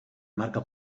marca